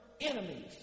enemies